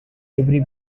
every